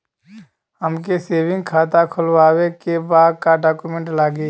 हमके सेविंग खाता खोलवावे के बा का डॉक्यूमेंट लागी?